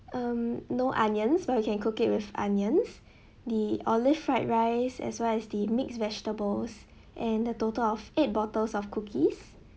um no onions but we can cook it with onions the olive fried rice as well as the mixed vegetables and the total of eight bottles of cookies